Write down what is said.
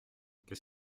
qu’est